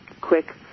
quick